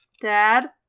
Dad